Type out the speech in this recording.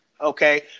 Okay